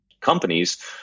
companies